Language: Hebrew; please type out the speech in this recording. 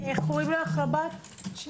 אני